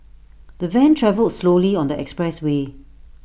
the van travelled slowly on the expressway